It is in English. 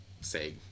say